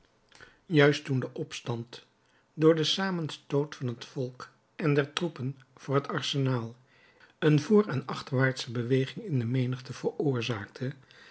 juist toen de opstand door den samenstoot van het volk en der troepen voor het arsenaal een voor en achterwaartsche beweging in de menigte veroorzaakte